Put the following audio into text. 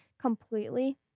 completely